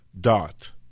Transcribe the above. dot